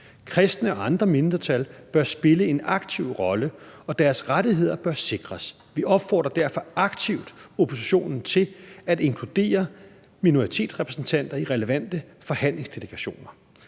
Kristne og andre mindretal bør spille en aktiv rolle, og deres rettigheder bør sikres. Vi opfordrer derfor aktivt oppositionen til at inkludere minoritetsrepræsentanter i relevante forhandlingsdelegationer.